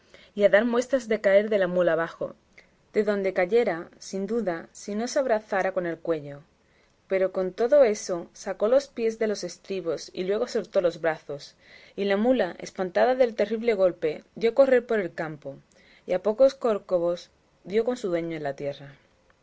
a dar muestras de caer de la mula abajo de donde cayera sin duda si no se abrazara con el cuello pero con todo eso sacó los pies de los estribos y luego soltó los brazos y la mula espantada del terrible golpe dio a correr por el campo y a pocos corcovos dio con su dueño en tierra